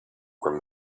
were